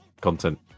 content